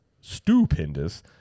Stupendous